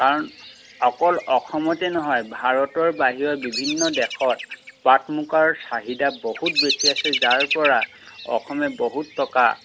কাৰণ অকল অসমতে নহয় ভাৰতৰ বাহিৰৰ বিভিন্ন দেশত পাট মুগাৰ চাহিদা বহুত বেছি আছে যাৰ পৰা অসমে বহুত টকা